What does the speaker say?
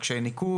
יש שם קשיי ניקוז,